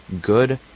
good